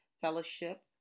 fellowship